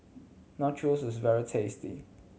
nachos is very tasty